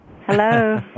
Hello